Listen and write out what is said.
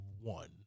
one